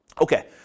Okay